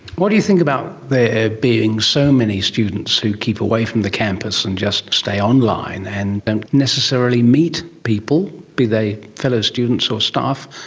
what do you think about there being so many students who keep away from the campus and just stay online and don't necessarily meet people, be they fellow students or staff,